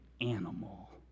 animal